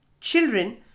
Children